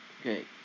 Okay